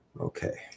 Okay